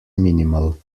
minimal